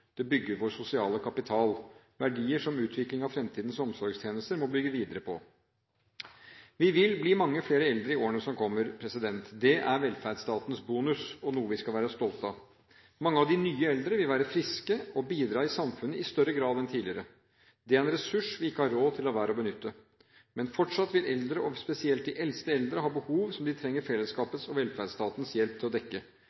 Det bygger vår sosiale kapital – verdier som utvikling av fremtidens omsorgstjenester må bygge videre på. Vi vil bli mange flere eldre i Norge i årene som kommer. Det er velferdsstatens bonus og noe vi skal være stolte av. Mange av de nye eldre vil være friske og bidra i samfunnet i større grad enn tidligere. Det er en ressurs vi ikke har råd til å la være å benytte. Men fortsatt vil eldre, og spesielt de eldste eldre, ha behov som de trenger